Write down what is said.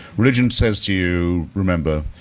religion says to you, remember,